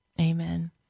amen